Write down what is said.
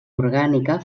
orgànica